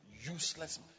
useless